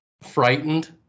Frightened